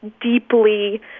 deeply